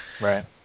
Right